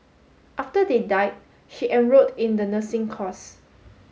after they died she enrolled in the nursing course